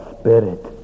spirit